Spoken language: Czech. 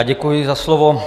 Děkuji za slovo.